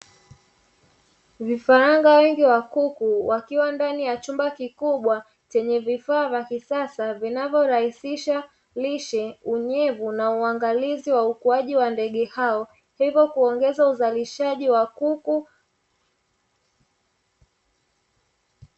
Vifaranga wengi wa kuku wakiwa ndani ya chumba kikubwa chenye vifaa vya kisasa, vinavyorahisisha lishe, unyevu na uangalizi wa ukuaji wa ndege hao, hivyo kuongeza uzalishaji wa kuku.